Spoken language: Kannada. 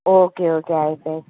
ಓಕೆ ಓಕೆ ಆಯ್ತು ಆಯ್ತು